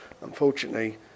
unfortunately